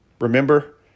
Remember